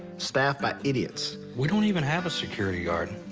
staffed by idiots. we don't even have a security guard.